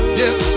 yes